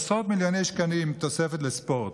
עשרות מיליוני שקלים תוספת לספורט,